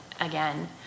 again